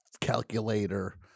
calculator